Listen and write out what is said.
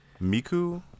Miku